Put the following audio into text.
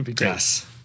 Yes